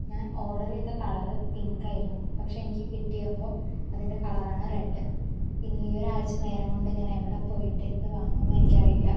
ഞാൻ ഓഡർ ചെയ്ത കളറ് പിങ്കായിരുന്നു പക്ഷേ എനിക്ക് കിട്ടിയപ്പോൾ അതിൻ്റെ കളറാണ് റെഡ് ഇനി ഈ ഒരാഴ്ച നേരം കൊണ്ട് ഞാൻ എവിടെ പോയിട്ട് എന്ത് വാങ്ങും എന്ന് എനിക്കറിയില്ല